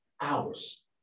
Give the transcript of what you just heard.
hours